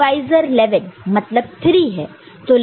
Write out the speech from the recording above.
divisor 1 1 मतलब 3 है